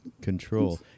control